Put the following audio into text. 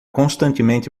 constantemente